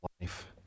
life